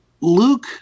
Luke